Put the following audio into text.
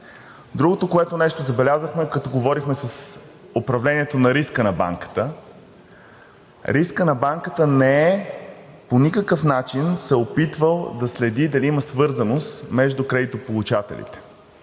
Другото нещо, което забелязахме, като говорихме с управлението на риска за банката, рискът на банката по никакъв начин не се е опитвал да следи дали има свързаност между кредитополучателите.